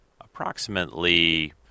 approximately